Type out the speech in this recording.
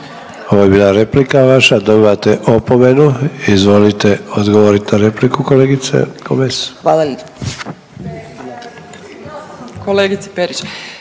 Ovo je bila replika vaša dobivate opomenu. Izvolite odgovorit na repliku kolegice Komes.